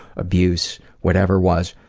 abuse, whatever was,